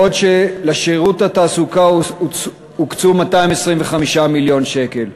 בעוד לשירות התעסוקה הוקצו 225 מיליון שקל.